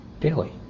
Daily